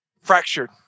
fractured